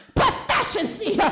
proficiency